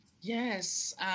Yes